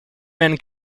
man